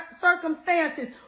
circumstances